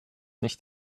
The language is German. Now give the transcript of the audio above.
nicht